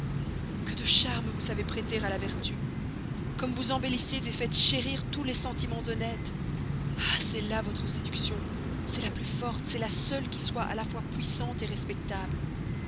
que de charmes vous savez prêter à la vertu comme vous embellissez faites chérir tous les sentiments honnêtes ah c'est là votre séduction c'est la plus forte c'est la seule qui soit à la fois puissante respectable